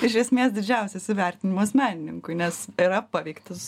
iš esmės didžiausias įvertinimas menininkui nes yra paveiktas